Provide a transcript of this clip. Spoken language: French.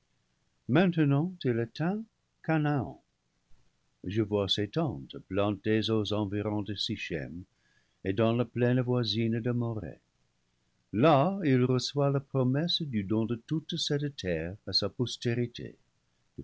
maintenant il atteint chanaan je vois ses lentes plantées aux environs de sichem et dans la plaine voisine de moreh là il reçoit la promesse du don de toute cette terre à sa postérité